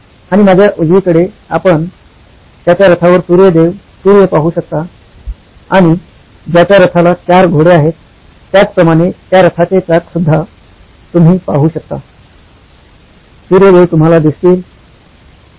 आणि माझ्या उजवीकडे आपण त्याच्या रथावर सूर्य देव "सूर्य" पाहू शकता आणि ज्याच्या रथाला चार घोडे आहेत त्याचप्रमाणे त्या रथाचे चाक सुद्धा तुम्ही पाहू शकता सूर्य देव तुम्हाला दिसतील